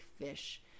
fish